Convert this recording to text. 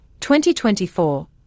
2024